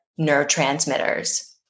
neurotransmitters